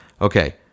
Okay